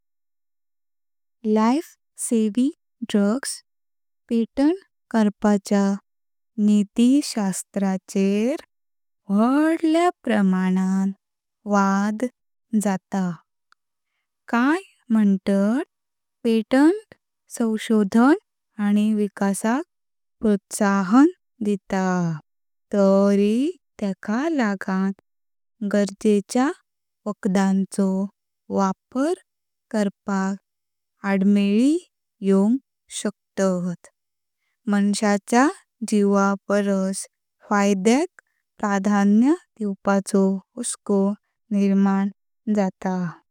Life saving drugs patent करपाच्या नीतिशास्त्राचेर वाढल्या प्रमाणांन वाद जाता। काय म्हुंतात पेटंट संशोधन आनी विकासाक प्रोत्साहन दिता, तरी तेक लागान गरजेच्या वखडांचो वापर करपाक आधमेलीं योवक शकतात। माणसाच्या जीवाक परस फायदा प्रधान्य दिवपाचो हुस्को निर्माण जाता।